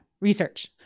research